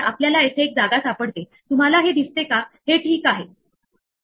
तर आपल्याकडे फलंदाज बी साठी स्कोर एस आहे आणि आपण ही डिक्शनरी अपडेट करू इच्छितो